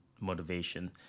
motivation